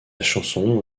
chanson